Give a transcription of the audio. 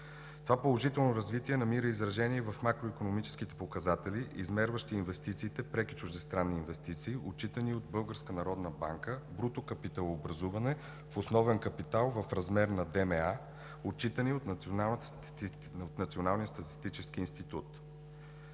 Това положително развитие намира изражение и в макроикономическите показатели, измерващи инвестициите – преки чуждестранни инвестиции, отчитани от Българската народна банка, бруто капиталообразуване на основен капитал в размер на ДМА, отчитани от Националния статистически институт.